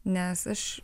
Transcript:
nes aš